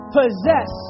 possess